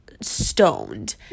stoned